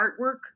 artwork